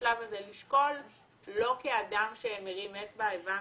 בשלב הזה לשקול לא כאדם שמרים אצבע, הבנתי,